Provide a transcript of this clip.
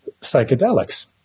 psychedelics